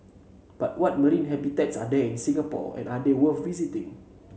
but what marine habitats are there in Singapore and are they worth visiting